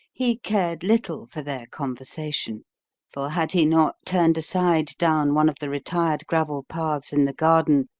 he cared little for their conversation for had he not turned aside down one of the retired gravel paths in the garden,